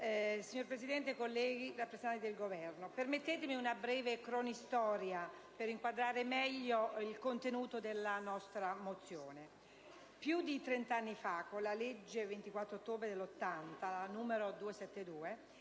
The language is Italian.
Signor Presidente, colleghi, rappresentanti del Governo, permettetemi una breve cronistoria per inquadrare meglio il contenuto della nostra mozione. Più di trent'anni fa, con la legge n. 272 del 24